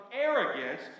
arrogance